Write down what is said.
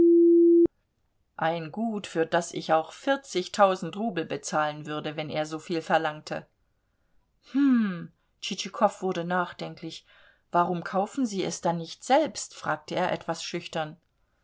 ein gut für das ich auch vierzigtausend rubel bezahlen würde wenn er soviel verlangte hm tschitschikow wurde nachdenklich warum kaufen sie es dann nicht selbst fragte er etwas schüchtern